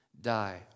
die